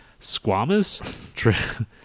squamous